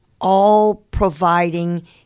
all-providing